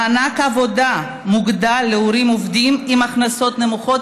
מענק עבודה מוגדל להורים עובדים עם הכנסות נמוכות,